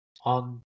on